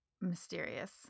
mysterious